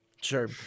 sure